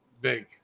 big